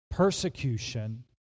Persecution